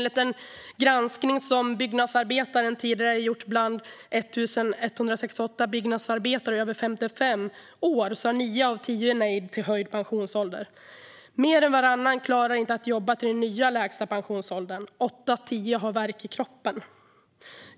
I en granskning som Byggnadsarbetaren tidigare gjort bland 1 168 byggnadsarbetare över 55 år säger nio av tio nej till höjd pensionsålder. Mer än varannan klarar inte att jobba till den nya lägsta pensionsåldern. Åtta av tio har värk i kroppen.